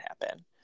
happen